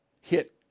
hit